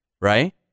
right